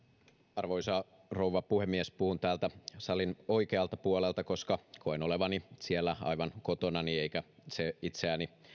arvoisa rouva puhemies puhun täältä salin oikealta puolelta koska koen olevani siellä aivan kotonani eikä se itseäni